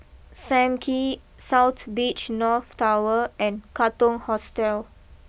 Sam Kee South Beach North Tower and Katong Hostel